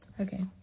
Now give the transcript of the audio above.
Okay